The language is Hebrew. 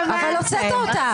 אתה בושה וחרפה.